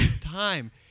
time